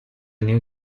new